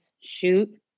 shoot